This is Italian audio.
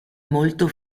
molto